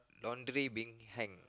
laundry being hang